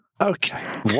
Okay